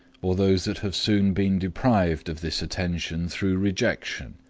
or those that have soon been deprived of this attention through rejection.